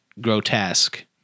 grotesque